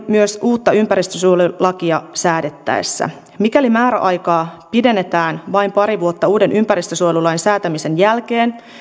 myös uutta ympäristönsuojelulakia säädettäessä mikäli määräaikaa pidennetään vain pari vuotta uuden ympäristönsuojelulain säätämisen jälkeen